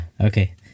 okay